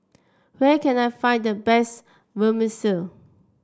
where can I find the best Vermicelli